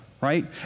right